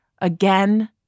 again